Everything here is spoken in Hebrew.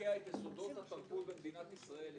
לקעקע את יסודות התרבות במדינת ישראל,